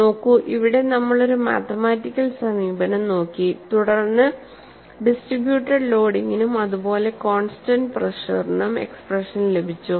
നോക്കൂ ഇവിടെ നമ്മൾ ഒരു മാത്തമറ്റിക്കൽ സമീപനം നോക്കി തുടർന്ന് ഡിസ്ട്രിബ്യുട്ടേഡ് ലോഡിംഗിനും അതുപോലെ കോൺസ്റ്റന്റ് പ്രെഷറിനും എക്സ്പ്രഷൻ ലഭിച്ചു